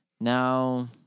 Now